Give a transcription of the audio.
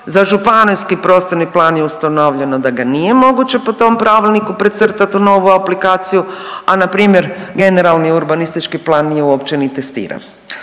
Za županijski prostorni plan je ustanovljeno da ga nije moguće po tom pravilniku precrtati u novu aplikaciju, a na primjer generalni urbanistički plan nije uopće ni testiran.